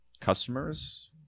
Customers